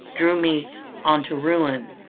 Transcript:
drew me on to ruin.